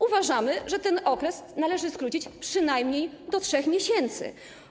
Uważamy, że ten okres należy skrócić przynajmniej do 3 miesięcy.